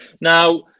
Now